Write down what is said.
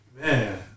Man